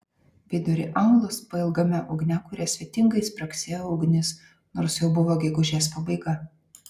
vidury aulos pailgame ugniakure svetingai spragsėjo ugnis nors jau buvo gegužės pabaiga